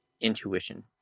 intuition